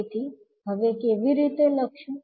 તેથી હવે કેવી રીતે લખશું